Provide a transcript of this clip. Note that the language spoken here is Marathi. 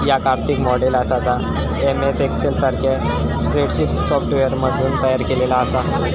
याक आर्थिक मॉडेल आसा जा एम.एस एक्सेल सारख्या स्प्रेडशीट सॉफ्टवेअरमधसून तयार केलेला आसा